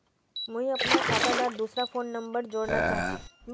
मुई अपना खाता डात दूसरा फोन नंबर जोड़वा चाहची?